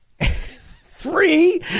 three